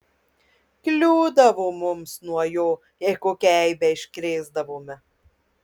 kliūdavo mums nuo jo jei kokią eibę iškrėsdavome